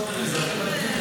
למה לא לעשות לאזרחים ותיקים,